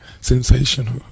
Sensational